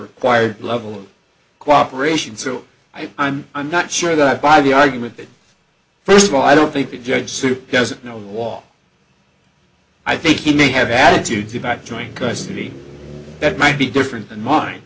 required level of cooperation so i'm i'm not sure that i buy the argument that first of all i don't think the judge soup doesn't know wall i think he may have attitudes about joint custody that might be different than mine